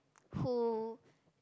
who